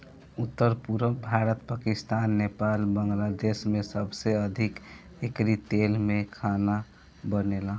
उत्तर, पुरब भारत, पाकिस्तान, नेपाल, बांग्लादेश में सबसे अधिका एकरी तेल में खाना बनेला